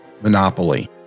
monopoly